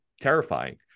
terrifying